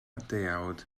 deuawd